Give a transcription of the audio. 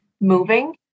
moving